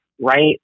right